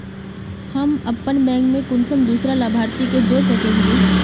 हम अपन बैंक से कुंसम दूसरा लाभारती के जोड़ सके हिय?